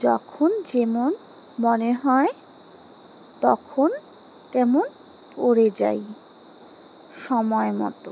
যখন যেমন মনে হয় তখন তেমন পড়ে যায় সময় মতো